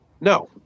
No